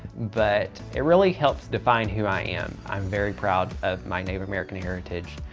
but it really helps define who i am. i'm very proud of my native american heritage.